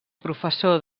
professor